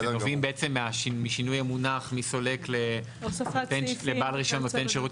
שנובעים בעצם משינוי המונח מסולק לבעל רישיון נותן שירות